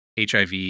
HIV